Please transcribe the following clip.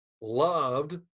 Loved